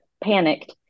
panicked